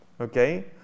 Okay